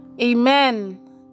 Amen